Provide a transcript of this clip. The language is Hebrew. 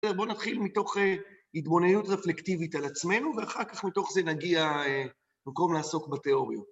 בואו נתחיל מתוך התבוננות רפלקטיבית על עצמנו ואחר כך מתוך זה נגיע מקום לעסוק בתיאוריות.